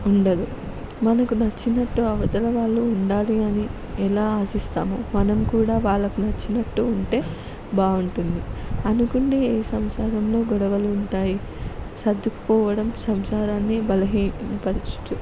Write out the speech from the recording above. ఉండదు మనకు నచ్చినట్టు అవతల వాళ్ళు ఉండాలి అని ఎలా ఆశిస్తామో మనం కూడా వాళ్ళకు నచ్చినట్టు ఉంటే బావుంటుంది అనుకుంది ఏ సంసారంలో గొడవలు ఉంటాయి సర్దుకుపోవడం సంసారాన్ని బలహీనపరిచు